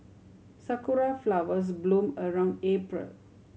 sakura flowers bloom around April